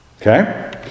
Okay